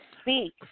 speak